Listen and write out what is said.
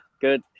good